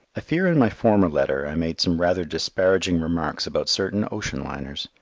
i fear in my former letter i made some rather disparaging remarks about certain ocean liners,